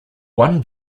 one